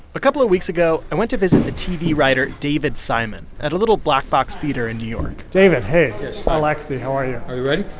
a couple of weeks ago, i went to visit the tv writer david simon at a little black box theater in new york david, hey alexi. how are you? are you ready?